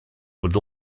would